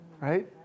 Right